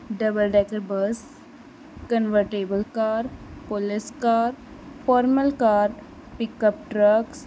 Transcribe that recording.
double decker bus convertible car police car formal car pickup trucks